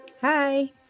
Hi